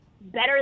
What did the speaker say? better